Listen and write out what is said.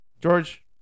George